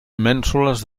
mènsules